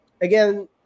Again